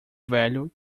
velho